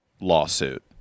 lawsuit